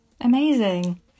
Amazing